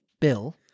Bill